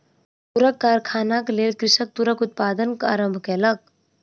तूरक कारखानाक लेल कृषक तूरक उत्पादन आरम्भ केलक